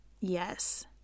Yes